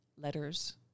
letters